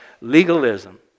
legalism